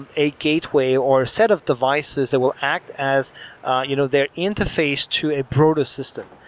and a gateway or a set of devices that will act as you know they're interfaced to a broader system.